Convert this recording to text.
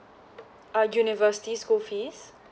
uh university school fees